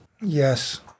Yes